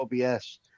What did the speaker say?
OBS